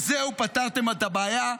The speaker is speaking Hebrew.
-- עשרה מנדטים, וזהו, פתרתם את הבעיה.